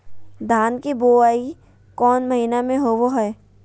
धान की बोई कौन महीना में होबो हाय?